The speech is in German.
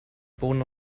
bohnen